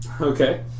Okay